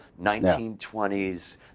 1920s